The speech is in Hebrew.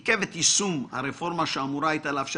עיכב את יישום הרפורמה שאמורה הייתה לאפשר